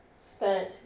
spent